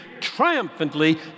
triumphantly